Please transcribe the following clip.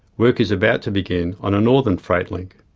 work is about to begin on a northern freight link.